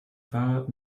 fahrrad